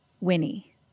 Winnie